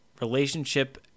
relationship